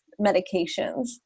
medications